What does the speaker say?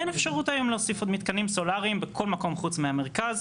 אין אפשרות היום להוסיף עוד מתקנים סולאריים בכל מקום חוץ מהמרכז.